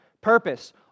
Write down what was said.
purpose